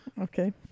okay